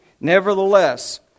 Nevertheless